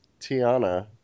Tiana